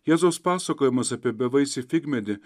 jėzaus pasakojimas apie bevaisį figmedį